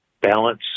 balance